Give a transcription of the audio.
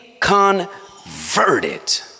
converted